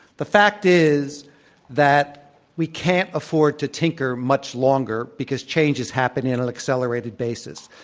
the fact is that we can't afford to tinker much longer because change is happening on an accelerated basis.